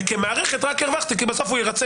וכמערכת רק הרווחתי כי בסוף הוא ירצה